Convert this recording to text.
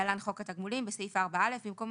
התש"ל 190 (להלן חוק התגמולים) - (1) בסעיף 4א - (א) במקום